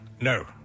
No